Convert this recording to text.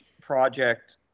project